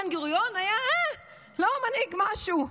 בן-גוריון היה לא מנהיג משהו,